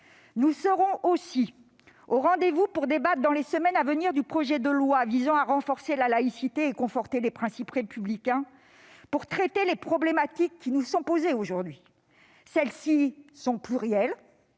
Nous serons aussi au rendez-vous pour débattre dans les semaines à venir du projet de loi visant à renforcer la laïcité et à conforter les principes républicains, pour traiter les problématiques qui sont posées aujourd'hui. Celles-ci sont plurielles,